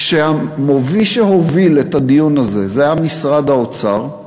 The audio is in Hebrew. כשמי שהוביל את הדיון הזה היה משרד האוצר,